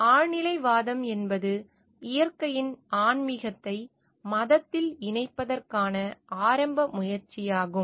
ஆழ்நிலைவாதம் என்பது இயற்கையின் ஆன்மீகத்தை மதத்தில் இணைப்பதற்கான ஆரம்ப முயற்சியாகும்